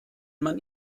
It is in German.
man